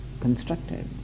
constructed